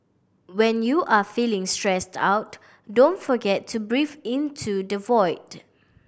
when you are feeling stressed out don't forget to breathe into the void